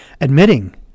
admitting